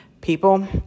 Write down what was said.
people